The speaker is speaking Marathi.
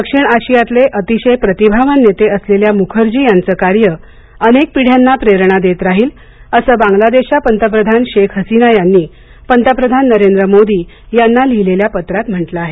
दक्षिण आशियातले अतिशय प्रतिभावान नेते असलेल्या मुखर्जी यांचं कार्य अनेक पिढ्यांना प्रेरणा देत राहील असं बांग्लादेशच्या पंतप्रधान शेख हसीना यांनी पंतप्रधान नरेंद्र मोदी यांना लिहिलेल्या पत्रात म्हटलं आहे